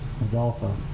Adolfo